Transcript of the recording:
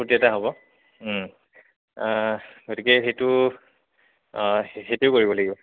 ফূৰ্তি এটা হ'ব গতিকে সেইটো সেইটোৱে কৰিব লাগিব